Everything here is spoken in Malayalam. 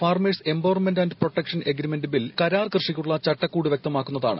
ഫാർമേ ഴ്സ് empowerment and protection agreement bill കരാർ കൃഷിക്കുള്ള ചട്ടക്കൂട് വ്യക്തമാക്കുന്നതാണ്